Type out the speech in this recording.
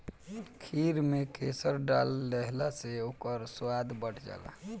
खीर में केसर डाल देहला से ओकर स्वाद बढ़ जाला